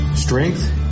Strength